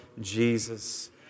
Jesus